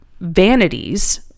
Vanities